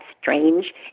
strange